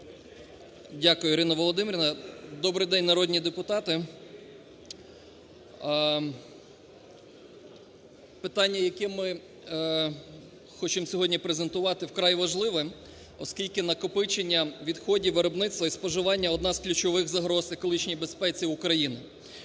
Дякую, Ірино Володимирівно. Добрий день, народні депутати! Питання, яке ми хочемо сьогодні презентувати, вкрай важливе, оскільки накопичення відходів виробництва споживання – одна з ключових загроз екологічній безпеці України.